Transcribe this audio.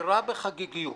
מצהירה בחגיגיות